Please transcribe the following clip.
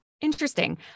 Interesting